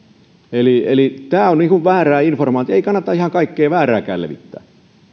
tehtävä eli tämä on väärää informaatiota ei kannata ihan kaikkea väärääkään levittää